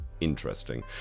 interesting